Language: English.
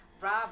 Rob